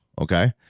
okay